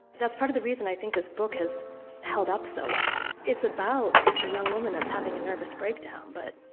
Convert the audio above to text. that's part of the reason i think this book has held up so well. it's about a young woman that's having a nervous breakdown. but.